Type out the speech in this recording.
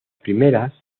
primeras